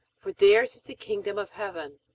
for theirs is the kingdom of heaven.